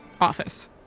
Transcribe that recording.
office